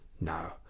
no